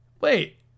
Wait